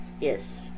Yes